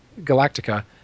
Galactica